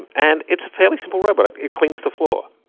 and it's a fairly simple robot, it cleans the floor.